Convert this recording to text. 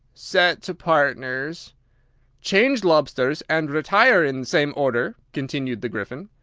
set to partners change lobsters, and retire in same order, continued the gryphon.